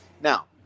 Now